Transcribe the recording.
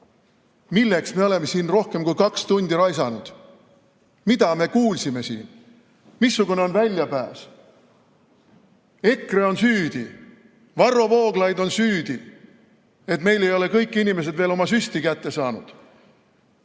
milleks me oleme siin rohkem kui kaks tundi raisanud. Mida me kuulsime siin? Missugune on väljapääs? EKRE on süüdi, Varro Vooglaid on süüdi, et meil ei ole kõik inimesed veel oma süsti kätte saanud.